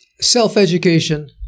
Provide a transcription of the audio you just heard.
self-education